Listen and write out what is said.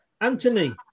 Anthony